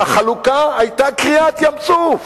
החלוקה היתה קריעת ים-סוף